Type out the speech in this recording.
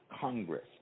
Congress